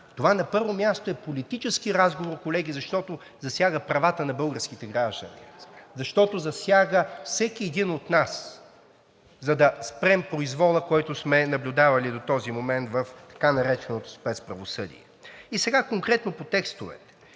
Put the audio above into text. това на първо място е политически разговор, колеги, защото засяга правата на българските граждани, защото засяга всеки един от нас, за да спрем произвола, който сме наблюдавали до този момент в така нареченото спецправосъдие. Сега конкретно по текстовете.